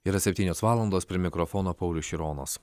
yra septynios valandos prie mikrofono paulius šironas